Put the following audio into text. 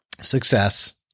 Success